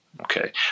okay